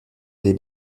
des